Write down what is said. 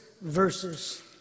verses